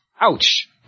Ouch